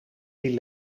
die